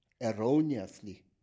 erroneously